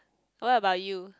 what about you